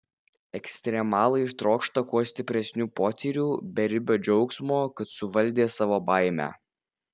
ekstremalai trokšta kuo stipresnių potyrių beribio džiaugsmo kad suvaldė savo baimę